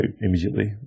immediately